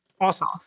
awesome